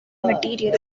material